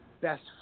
best